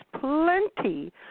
plenty